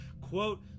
quote